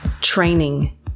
training